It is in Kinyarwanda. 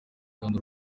kandi